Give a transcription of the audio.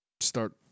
start